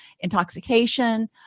intoxication